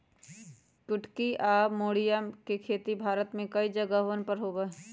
कुटकी या मोरिया के खेती भारत में कई जगहवन पर होबा हई